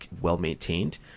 well-maintained